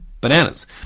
bananas